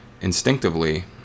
instinctively